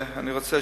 ואני רוצה שיחזור.